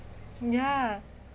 ya